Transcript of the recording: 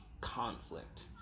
conflict